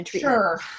Sure